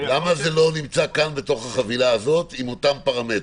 למה זה לא נמצא כאן בחבילה הזאת עם אותם פרמטרים,